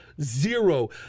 zero